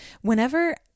whenever